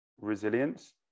resilience